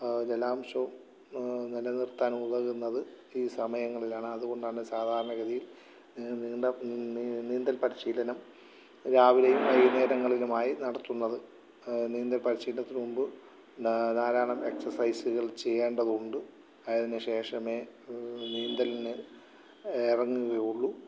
ജലാംശവും നിലനിർത്താൻ ഉതകുന്നത് ഈ സമയങ്ങളിലാണ് അതുകൊണ്ടാണ് സാധാരണഗതിയിൽ നീന്തൽ പരിശീലനം രാവിലെയും വൈകുന്നേരങ്ങളിലുമായി നടത്തുന്നത് നീന്തൽ പരിശീലനത്തിനുമുൻപ് ധാരാളം എക്സർസൈസുകൾ ചെയ്യേണ്ടതുണ്ട് അതിനുശേഷമേ നീന്തലിനു ഇറങ്ങുകയുള്ളു